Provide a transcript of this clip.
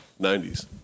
90s